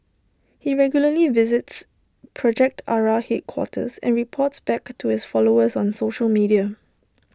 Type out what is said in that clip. he regularly visits project Ara headquarters and reports back to his followers on social media